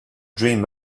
dream